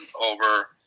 over